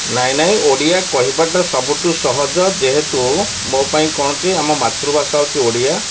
ନାଇଁ ନାଇଁ ଓଡ଼ିଆ କହିବାଟା ସବୁଠୁ ସହଜ ଯେହେତୁ ମୋ ପାଇଁ କ'ଣ କି ଆମ ମାତୃଭାଷା ହେଉଛି ଓଡ଼ିଆ